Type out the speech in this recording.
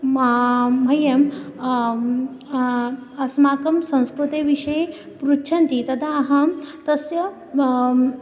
मां मह्यं अस्माकं संस्कृतिविषये पृच्छन्ति तदा अहं तस्य माम्